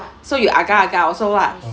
so you agak agak also lah